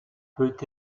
peut